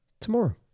tomorrow